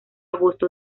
agosto